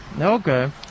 Okay